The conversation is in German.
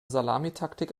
salamitaktik